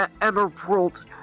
Emerald